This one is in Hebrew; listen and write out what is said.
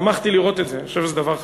שמחתי לראות את זה, אני חושב שזה דבר חשוב.